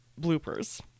bloopers